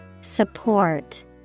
Support